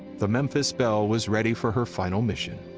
the memphis belle was ready for her final mission.